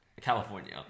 California